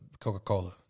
Coca-Cola